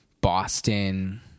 Boston